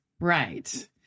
Right